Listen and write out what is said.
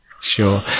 sure